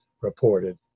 reported